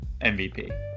MVP